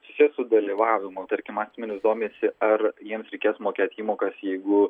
susiję su dalyvavimu tarkim asmenys domisi ar jiems reikės mokėt įmokas jeigu